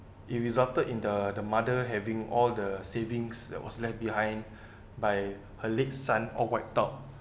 it resulted in the the mother having all the savings that was left behind by her late son all wiped out